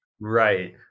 Right